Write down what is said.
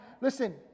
Listen